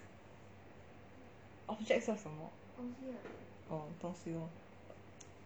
objects 叫什么 oh 东西咯